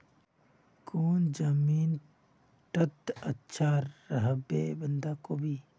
कौन जमीन टत अच्छा रोहबे बंधाकोबी?